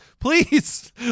please